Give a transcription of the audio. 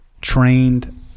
trained